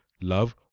love